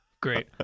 Great